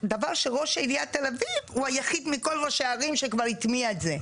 דבר שראש עיריית תל אביב הוא היחיד מכל ראשי הערים שכבר הטמיע את זה.